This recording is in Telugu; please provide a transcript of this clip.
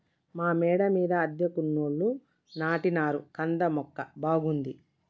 మా మేడ మీద అద్దెకున్నోళ్లు నాటినారు కంద మొక్క బాగుంది